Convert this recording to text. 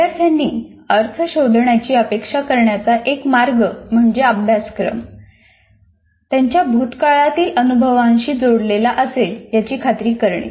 विद्यार्थ्यांनी अर्थ शोधण्याची अपेक्षा करण्याचा एक मार्ग म्हणजे अभ्यासक्रम त्यांच्या भूतकाळातील अनुभवांशी जोडलेला असेल याची खात्री करणे